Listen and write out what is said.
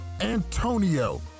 Antonio